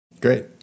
Great